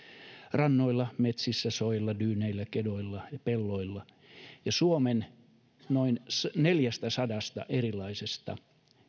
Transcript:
rannoilla metsissä soilla dyyneillä kedoilla ja pelloilla ja suomen noin neljästäsadasta erilaisesta